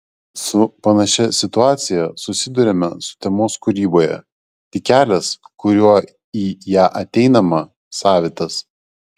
su panašia situacija susiduriame sutemos kūryboje tik kelias kuriuo į ją ateinama savitas